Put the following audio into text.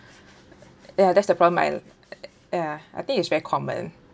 ya that's the problem I ya I think it's very common